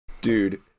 Dude